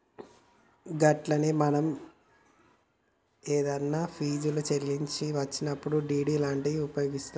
గట్లనే మనం ఏదన్నా ఫీజుల్ని చెల్లించాల్సి వచ్చినప్పుడు డి.డి లాంటివి ఉపయోగిస్తాం